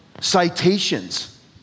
citations